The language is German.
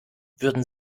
würden